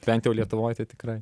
bent jau lietuvoj tai tikrai